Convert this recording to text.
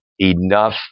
Enough